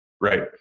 Right